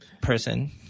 person